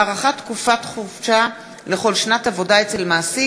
הארכת תקופת חופשה לכל שנת עבודה אצל מעסיק),